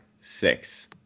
six